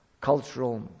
cultural